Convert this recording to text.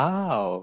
Wow